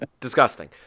Disgusting